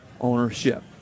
ownership